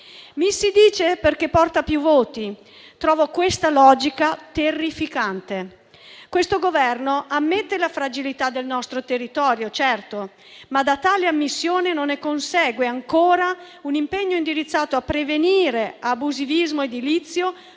Mi si dice che ciò porta più voti; trovo questa logica terrificante. Questo Governo ammette la fragilità del nostro territorio, certo, ma da tale ammissione non consegue ancora un impegno indirizzato a prevenire l'abusivismo edilizio